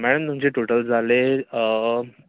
madam तुमचे total झाले